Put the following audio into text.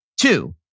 Two